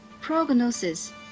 prognosis